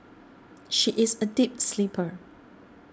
she is a deep sleeper